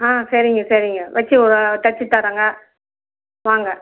ஆ சரிங்க சரிங்க வைச்சு தைச்சித் தரேங்க வாங்க